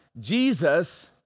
Jesus